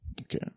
Okay